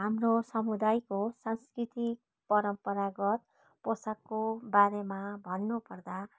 हाम्रो समुदायको सांस्कृतिक परम्परागत पोसाकको बारेमा भन्नु पर्दा